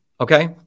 Okay